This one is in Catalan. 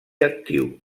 actiu